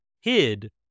hid